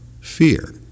fear